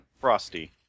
Frosty